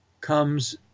comes